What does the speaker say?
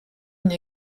une